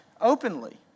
openly